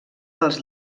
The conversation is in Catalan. dels